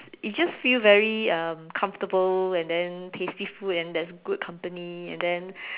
it just feel very um comfortable and then tasty food and there's good company and then